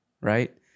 right